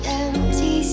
empty